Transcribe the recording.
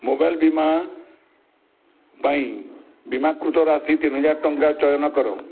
mobile ବୀମା ପାଇଁ ବୀମାକୃତ ରାଶି ତିନିହଜାର ଟଙ୍କା ଚୟନ କର